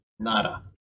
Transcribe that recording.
Nada